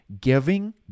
giving